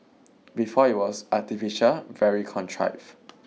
before it was artificial very contrived